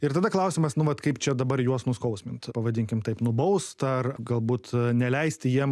ir tada klausimas nu vat kaip čia dabar juos nuskausmint pavadinkim taip nubaust ar galbūt neleisti jiem